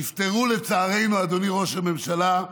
נפטרו, לצערנו, אדוני ראש הממשלה,